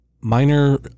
minor